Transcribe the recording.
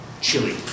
Chili